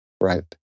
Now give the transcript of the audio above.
right